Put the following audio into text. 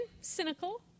cynical